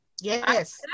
Yes